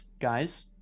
guys